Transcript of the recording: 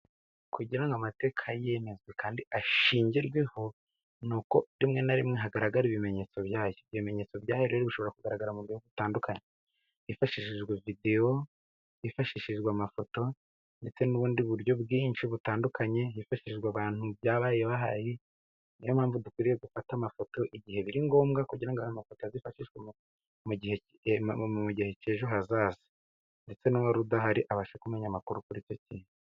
kugira ngo amateka yemezwe kandi ashingirweho, ni uko rimwe na rimwe hagaragara ibimenyetso byayo. Ibyo bimenyetso byayo rero bishobora kugaragara mu buryo butandukanye hifashishijwe video, hifashishijwe amafoto, ndetse n'ubundi buryo bwinshi butandukanye, hifashishijwe abantu byabaye bahari. Ni yo mpamvu dukwiriye gufata amafoto igihe biri ngombwa, kugira ngo ayo amafoto azifashishwe mu gihe cy'ejo hazaza, ndetse n'uwari udahari abashe kumenya amakuru kuri icyo kintu.